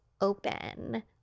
open